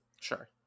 Sure